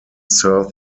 serve